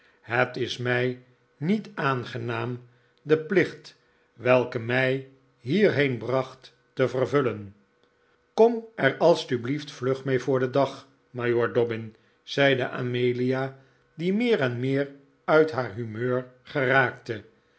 het is mij niet aangenaam den plicht welke mij hierheen bracht te vervullen kom er alstublieft vlug mee voor den dag majoor dobbin zeide amelia die meer en meer uit haar humeur geraakte